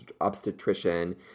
obstetrician